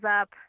up